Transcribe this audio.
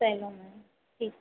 Cello में ठीकु